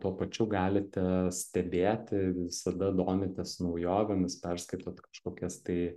tuo pačiu galite stebėti visada domitės naujovėmis perskaitot kažkokias tai